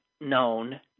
known